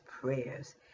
prayers